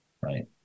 right